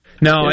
No